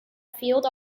field